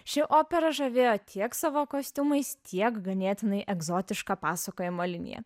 ši opera žavėjo tiek savo kostiumais tiek ganėtinai egzotiška pasakojimo linija